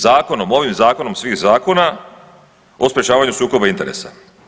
Zakonom ovim, zakonom svih zakona, o sprječavanju sukoba interesa.